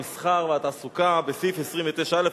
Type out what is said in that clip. המסחר והתעסוקה בסעיף 29(א),